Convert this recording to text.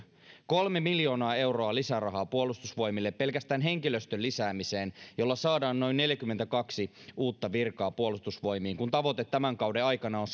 kolme miljoonaa euroa lisärahaa puolustusvoimille pelkästään henkilöstön lisäämiseen jolloin saadaan noin neljäkymmentäkaksi uutta virkaa puolustusvoimiin kun tavoite tämän kauden aikana on